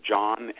John